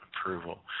approval